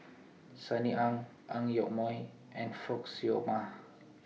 Sunny Ang Ang Yoke Mooi and Fock Siew Wah